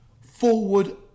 forward